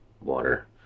water